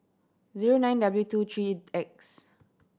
zero nine W two three X